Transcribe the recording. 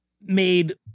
made